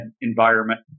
environment